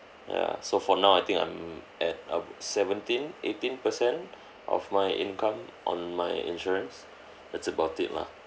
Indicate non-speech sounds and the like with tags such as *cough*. yeah so for now I think I'm at ab~ seventeen eighteen per cent *breath* of my income on my insurance that's about it lah